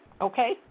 Okay